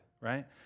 right